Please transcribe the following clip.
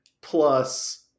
plus